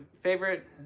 Favorite